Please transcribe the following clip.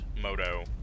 Moto